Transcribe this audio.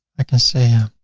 i can say ah